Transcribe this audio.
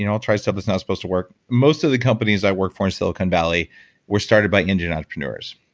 and i'll try stuff that's not supposed to work. most of the companies i worked for in silicon valley were started by indian entrepreneurs.